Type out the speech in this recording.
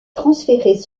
transférées